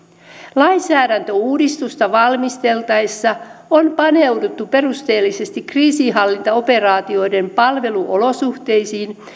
lainsäädäntöuudistusta valmisteltaessa on paneuduttu perusteellisesti kriisinhallintaoperaatioiden palveluolosuhteisiin